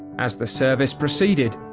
as the service proceeded,